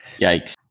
yikes